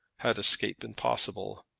had escape been possible.